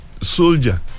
soldier